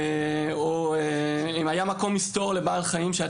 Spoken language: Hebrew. או אם היה מקום מסתור לבעל חיים שהיה